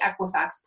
Equifax